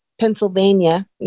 Pennsylvania